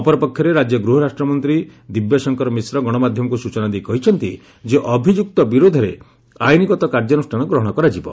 ଅପରପକ୍ଷରେ ରାକ୍ୟ ଗୃହରାଷ୍ଟ୍ରମନ୍ତ୍ରୀ ଦିବ୍ୟଶଙ୍କର ମିଶ୍ର ଗଣମାଧ୍ଧମକୁ ସୂଚନାଦେଇ କହିଛନ୍ତି ଯେ ଅଭିଯୁକ୍ତ ବିରୋଧରେ ଆଇନଗତ କାର୍ଯ୍ୟାନୁଷ୍ଠାନ ଗ୍ରହଶ କରାଯିବ